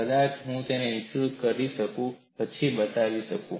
કદાચ હું તેને વિસ્તૃત કરી શકું અને પછી બતાવી શકું